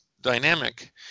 dynamic